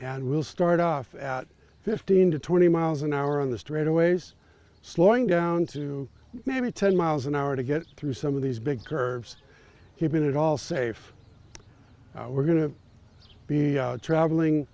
and we'll start off at fifteen to twenty miles an hour on the straightaways slowing down to maybe ten miles an hour to get through some of these big curves keeping it all safe we're going to be traveling